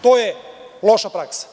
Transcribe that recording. To je loša praksa.